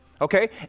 Okay